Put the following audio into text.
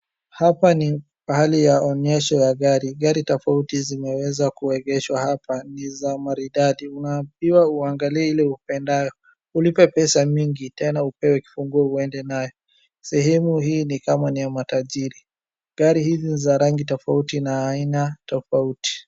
Hapa ni pahali ya onyesho ya gari. Gari tofauti zimeweza kuegeshwa hapa ni za maridadi. Unambiwa uangalie ile upendayo. Ulipe pesa mingi tena upewe kifunguo uende nayo. Sehemu hii ni kama ni ya matajiri. Gari hizi ni za rangi tofauti na aina tofauti.